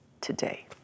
today